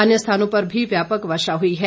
अन्य स्थानों पर भी व्यापक वर्षा हुई है